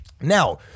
now